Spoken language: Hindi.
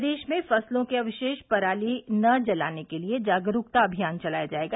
प्रदेश में फसलों के अवशेष पराली न जलाने के लिए जागरूकता अभियान चलाया जायेगा